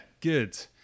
good